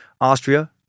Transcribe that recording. Austria